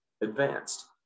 advanced